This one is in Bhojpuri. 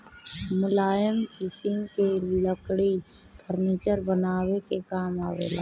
मुलायम किसिम के लकड़ी फर्नीचर बनावे के काम आवेला